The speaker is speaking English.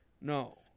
No